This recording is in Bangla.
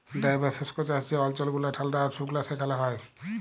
ড্রাই বা শুস্ক চাষ যে অল্চল গুলা ঠাল্ডা আর সুকলা সেখালে হ্যয়